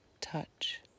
touch